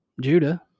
Judah